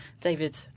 David